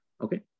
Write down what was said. Okay